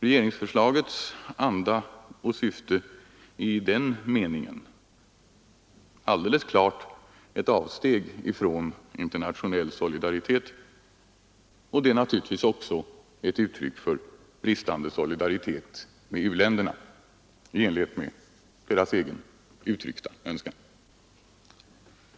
Regeringsförslagets anda och syfte är i den meningen alldeles klart ett avsteg från internationell solidaritet, och det är naturligtvis också ett uttryck för bristande solidaritet med u-länderna i enlighet med deras egen uttryckta önskan.